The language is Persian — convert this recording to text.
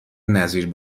نظیر